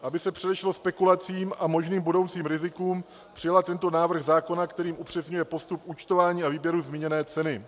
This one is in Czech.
Aby se předešlo spekulacím a možným budoucím rizikům, přijala tento návrh zákona, který upřesňuje postup účtování a výběru zmíněné ceny.